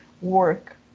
work